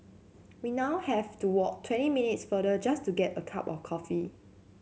we now have to walk twenty minutes farther just to get a cup of coffee